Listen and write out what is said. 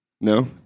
No